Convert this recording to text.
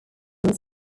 was